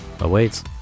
awaits